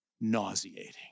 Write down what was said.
nauseating